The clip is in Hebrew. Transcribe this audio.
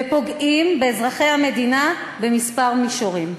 ופוגעים באזרחי המדינה בכמה מישורים.